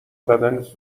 بدنت